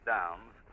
Downs